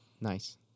nice